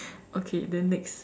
okay then next